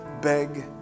beg